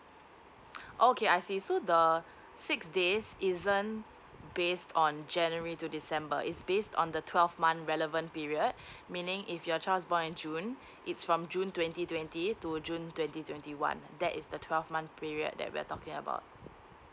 okay I see so the six days isn't based on january to december is based on the twelve month relevant period meaning if your child is born in june it's from june twenty twenty to june twenty twenty one that is the twelve month period that we are talking about